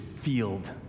field